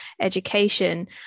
education